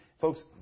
Folks